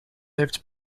lived